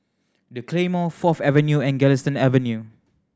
The Claymore Fourth Avenue and Galistan Avenue